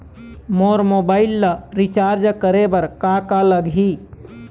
मोर mobile ला recharge करे बर का का लगही?